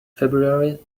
february